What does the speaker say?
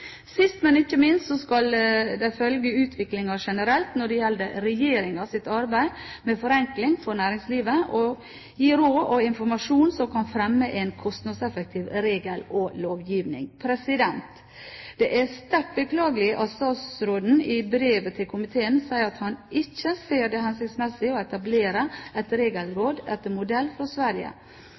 Sist, men ikke minst skal de følge utviklingen generelt når det gjelder regjeringens arbeid med forenkling for næringslivet, og gi råd og informasjon som kan fremme en kostnadseffektiv regel- og lovgivning. Det er sterkt beklagelig at statsråden i brevet til komiteen sier at han ikke ser det hensiktsmessig å etablere et regelråd etter modell fra Sverige,